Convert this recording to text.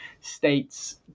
states